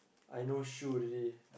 I not sure ready